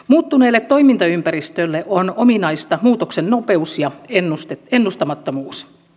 muuttuneelle toimintaympäristölle on ominaista muutoksen nopeus ja ennustamattomuus